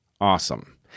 Awesome